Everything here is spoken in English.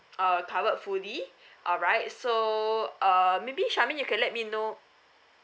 uh covered fully alright so uh maybe charmaine you can let me know